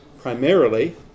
primarily